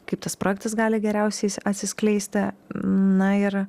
kaip tas projektas gali geriausiai as atsiskleisti na ir